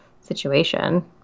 situation